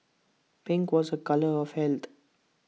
pink was A colour of health